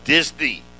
Disney